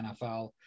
NFL